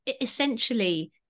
essentially